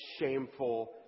shameful